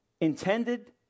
intended